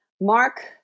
Mark